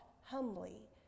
humbly